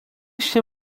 się